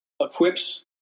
equips